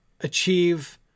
achieve